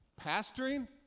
Pastoring